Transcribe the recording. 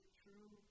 true